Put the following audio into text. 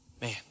Man